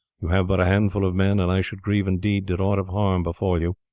you have but a handful of men, and i should grieve indeed did aught of harm befall you.